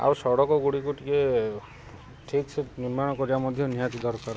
ଆଉ ସଡ଼କ ଗୁଡ଼ିକ ଟିକେ ଠିକ୍ ସେ ନିର୍ମାଣ କରିବା ମଧ୍ୟ ନିହାତି ଦରକାର